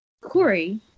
Corey